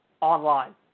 online